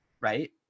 right